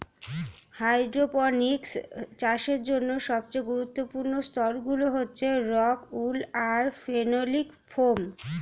hydroponics চাষের জন্য সবচেয়ে গুরুত্বপূর্ণ স্তরগুলি হচ্ছে রক্ উল আর ফেনোলিক ফোম